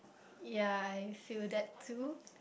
ya I feel that too